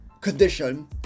condition